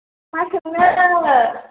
मा सोंनो